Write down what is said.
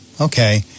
okay